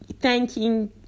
thanking